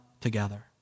together